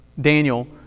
Daniel